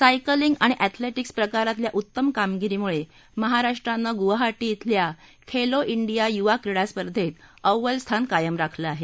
cycling आणि athletics प्रकरातल्या उत्तम कामगिरीमुळे महाराष्ट्रानं गुवाहा धिल्या खेलो डिया युवा क्रीडा स्पर्धेत अव्वल स्थान कायम राखलं आहे